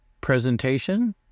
presentation